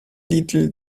little